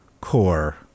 core